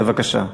בבקשה.